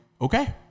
okay